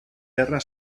terra